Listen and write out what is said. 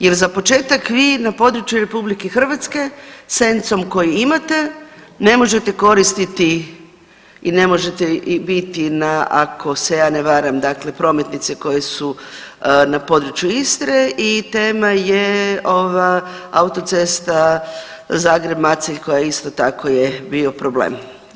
Jer za početak vi na području RH s ENC-om koji imate ne možete koristiti i ne možete i biti na ako se ja ne varam dakle prometnice koje su na području Istre i tema je ova autocesta Zagreb – Macelj koja isto tako je bio problem.